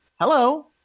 Hello